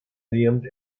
named